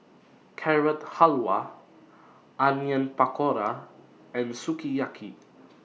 Carrot Halwa Onion Pakora and Sukiyaki